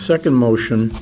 second motions